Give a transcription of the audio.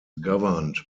governed